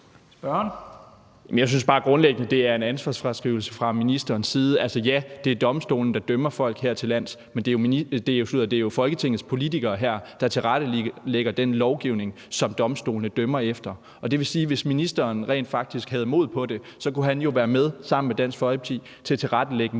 Jeg synes bare grundlæggende, det er en ansvarsfraskrivelse fra ministerens side. Ja, det er domstolene, der dømmer folk hertillands, men det er jo Folketingets politikere her, der tilrettelægger den lovgivning, som domstolene dømmer efter, og det vil sige, at hvis ministeren rent faktisk havde mod på det, kunne han jo sammen med Dansk Folkeparti være med til at tilrettelægge en